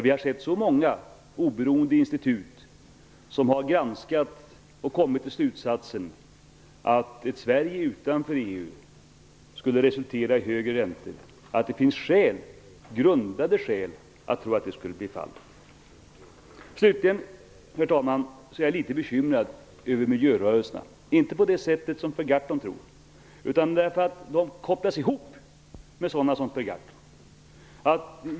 Vi har sett så många oberoende institut som har granskat frågan och kommit till slutsatsen, att ett Sverige utanför EU skulle resultera i högre räntor, att det finns grundade skäl att tro att det skulle bli fallet. Herr talman! Jag är slutligen litet bekymrad över miljörörelserna, men inte på det sätt som Per Gahrton tror, utan därför att de kopplas ihop med sådana personer som Per Gahrton.